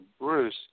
Bruce